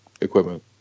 equipment